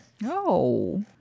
No